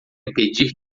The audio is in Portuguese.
impedir